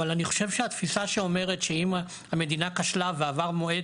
אבל אני חושב שהתפיסה שאומרת שאם המדינה כשלה ועבר מועד